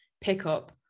pickup